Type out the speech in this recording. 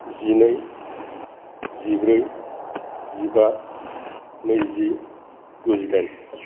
जिनै जिब्रै जिबा नैजि गुजिदाइन